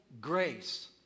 grace